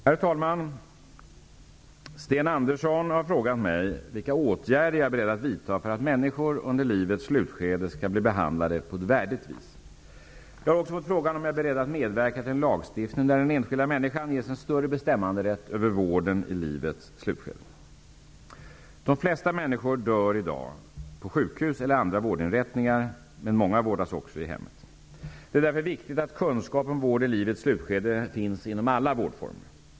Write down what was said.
Herr talman! Sten Andersson i Malmö har frågat mig vilka åtgärder jag är beredd att vidta för att människor under livets slutskede skall bli behandlade på ett värdigt vis. Jag har också fått frågan om jag är beredd att medverka till en lagstiftning där den enskilde människan ges en större bestämmanderätt över vården i livets slutskede. De flesta människor dör i dag på sjukhus eller andra vårdinrättningar men många vårdas också i hemmet. Det är därför viktigt att kunskap om vård i livets slutskede finns inom alla vårdformer.